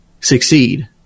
succeed